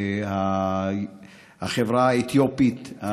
החברה האתיופית,